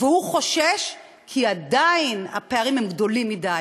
והוא חושש, כי עדיין הפערים הם גדולים מדי.